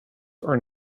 are